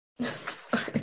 Sorry